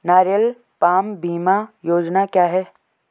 नारियल पाम बीमा योजना क्या है?